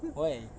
why